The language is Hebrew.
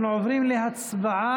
אנחנו עוברים להצבעה